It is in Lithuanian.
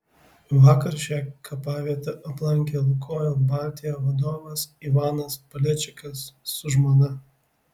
vakar šią kapavietę aplankė lukoil baltija vadovas ivanas paleičikas su žmona